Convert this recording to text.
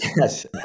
Yes